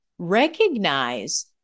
recognize